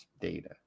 data